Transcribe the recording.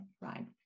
right